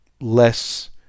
less